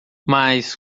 mas